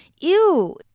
Ew